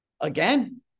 again